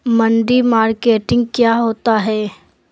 मंडी मार्केटिंग क्या होता है?